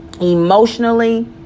emotionally